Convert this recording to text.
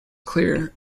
clear